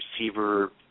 receiver